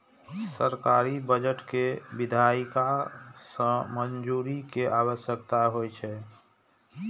सरकारी बजट कें विधायिका सं मंजूरी के आवश्यकता होइ छै